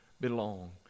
belong